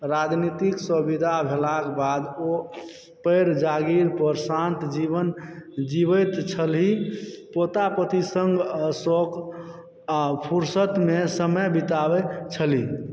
राजनीतिकसँ विदा भेलाक बाद ओ पैघ जागीर पर शान्त जीवन जीबैत छली पोता पोती सङ्ग आ शौक आ फुर्सतमे समय बिताबै छली